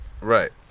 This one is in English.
Right